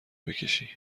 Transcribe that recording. بکشی